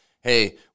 hey